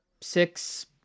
six